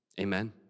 Amen